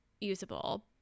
usable